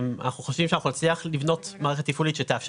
אנחנו חושבים שאנחנו נצליח לבנות מערכת תפעולית שתאפשר